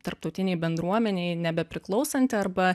tarptautinei bendruomenei nebepriklausanti arba